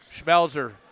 Schmelzer